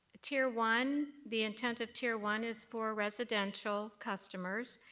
tier one, the intent of tier one is for residential customers.